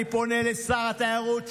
אני פונה לשר התיירות,